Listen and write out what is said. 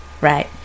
right